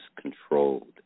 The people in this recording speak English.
controlled